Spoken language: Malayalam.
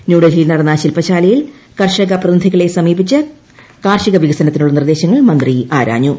ന്യൂഡൽഹിയിൽ നടന്ന ശിൽപ്പശാലയിൽ കർഷക പ്രതിനിധികളെ സമീപിച്ച് കാർഷിക വികസനത്തിനുള്ള നിർദ്ദേശങ്ങൾ മന്ത്രി ആരാഞ്ഞു